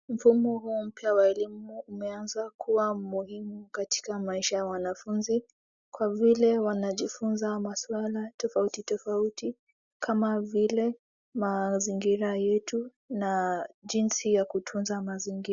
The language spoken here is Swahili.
Mfumo huu mpya wa elimu umeanza kuwa muhimu katika maisha ya wanafunzi. Kwa vile wanajifunza maswala tofauti tofauti kama vile mazingira yetu na jinsi ya kutunza mazingi...